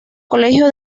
colegio